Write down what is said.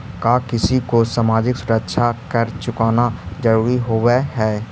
का किसी को सामाजिक सुरक्षा कर चुकाना जरूरी होवअ हई